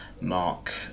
Mark